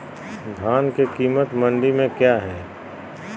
धान के कीमत मंडी में क्या है?